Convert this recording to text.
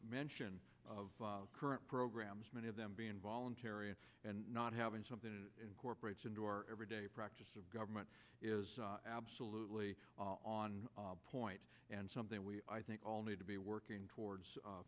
mention of current programs many of them being voluntary and not having something to incorporate into our everyday practice of government is absolutely on point and something we i think all need to be working towards